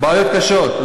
בעיות קשות.